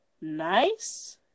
Nice